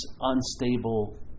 unstable